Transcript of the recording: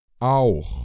Auch